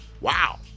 wow